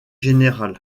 général